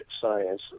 science